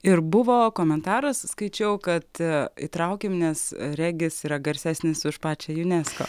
ir buvo komentaras skaičiau kad įtraukėme nes regis yra garsesnis už pačią junesko